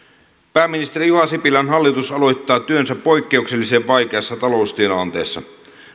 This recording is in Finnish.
pääministeri juha sipilän hallitus aloittaa työnsä poikkeuksellisen vaikeassa taloustilanteessa